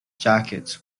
jackets